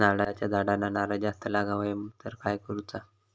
नारळाच्या झाडांना नारळ जास्त लागा व्हाये तर काय करूचा?